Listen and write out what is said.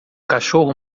cachorro